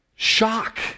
Shock